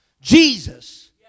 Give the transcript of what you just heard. Jesus